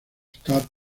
estatuas